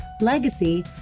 legacy